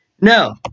No